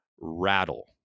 Rattle